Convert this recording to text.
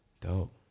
Dope